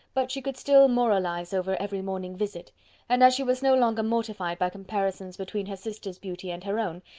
but she could still moralize over every morning visit and as she was no longer mortified by comparisons between her sisters' beauty and her own,